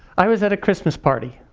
i was at a christmas party.